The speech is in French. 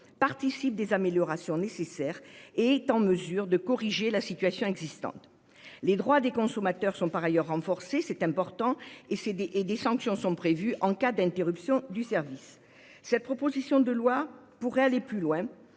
participe des améliorations nécessaires et susceptibles de corriger la situation existante. Les droits des consommateurs sont par ailleurs renforcés- c'est important -et des sanctions sont prévues en cas d'interruption du service. Cette proposition de loi pourrait aller plus loin